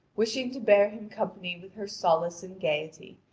wishing to bear him company with her solace and gaiety,